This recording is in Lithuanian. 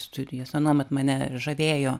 studijas anuomet mane žavėjo